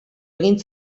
egin